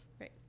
Right